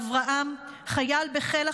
אברהם, חייל בחיל החימוש,